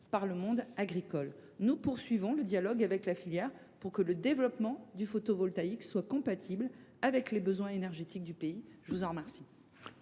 prochainement publié. Nous poursuivons le dialogue avec la filière pour que le développement du photovoltaïque soit compatible avec les besoins énergétiques du pays. La parole est à M.